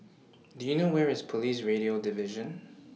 Do YOU know Where IS Police Radio Division